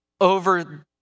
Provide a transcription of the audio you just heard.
over